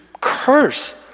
curse